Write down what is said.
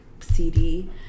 CD